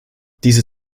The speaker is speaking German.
diese